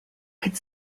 could